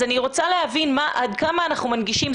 אני רוצה להבין עד כמה אנחנו מנגישים.